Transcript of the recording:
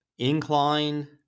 incline